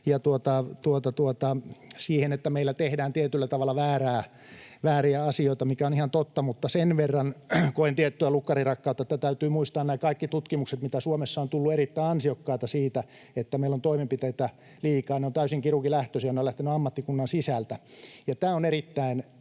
ja siihen, että meillä tehdään tietyllä tavalla vääriä asioita, mikä on ihan totta. Mutta sen verran koen tiettyä lukkarinrakkautta, että täytyy muistaa kaikki nämä erittäin ansiokkaat tutkimukset, mitä Suomessa on tullut, että meillä on toimenpiteitä liikaa, ne ovat täysin kirurgilähtösiä, ne ovat lähteneet ammattikunnan sisältä. Tämä on erittäin